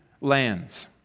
lands